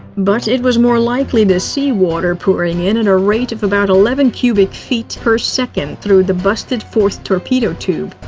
but it was more likely the seawater pouring in at and a rate of about eleven cubic feet per second through the busted fourth torpedo tube.